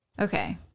Okay